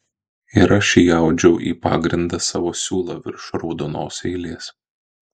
ir aš įaudžiau į pagrindą savo siūlą virš raudonos eilės